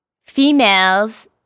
females